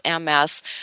MS